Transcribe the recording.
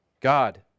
God